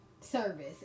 Service